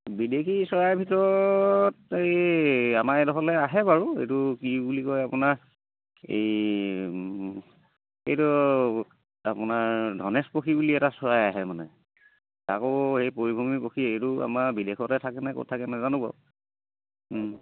বিদেশী চৰাইৰ ভিতৰত এই আমাৰ এইডোখৰলৈ আহে বাৰু এইটো কি বুলি কয় আপোনাৰ এই এইটো আপোনাৰ ধনেশ পক্ষী বুলি এটা চৰাই আহে মানে আকৌ সেই পৰিভ্ৰমী পক্ষী এইটো আমাৰ বিদেশতে থাকে নে ক'ত থাকে নাজানো বাৰু